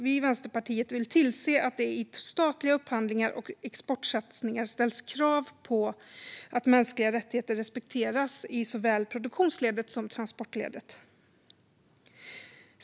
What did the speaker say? Vi i Vänsterpartiet vill tillse att det i statliga upphandlingar och exportsatsningar ställs krav på att mänskliga rättigheter respekteras i såväl produktionsledet som transportledet.